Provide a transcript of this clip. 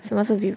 什么东西